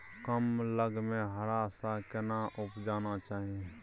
कम लग में हरा साग केना उपजाना चाही?